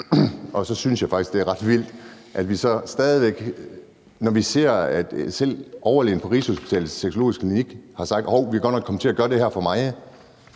Så synes jeg faktisk også, det er ret vildt, når vi ser, at selv overlægen på Rigshospitalets Sexologisk Klinik har sagt, at hov, vi er godt nok kommet til at gøre det her for meget,